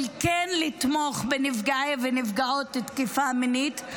כן לתמוך בנפגעי ונפגעות תקיפה מינית.